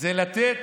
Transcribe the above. זה לתת